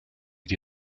die